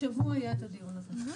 השבוע יהיה את הדיון הזה.